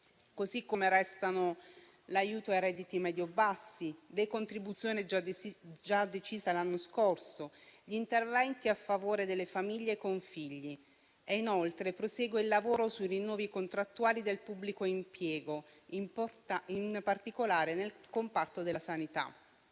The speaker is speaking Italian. così come restano l'aiuto ai redditi medio bassi, la decontribuzione già decisa l'anno scorso e gli interventi a favore delle famiglie con figli. Inoltre, prosegue il lavoro sui rinnovi contrattuali del pubblico impiego, in particolare nel comparto della sanità.